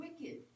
wicked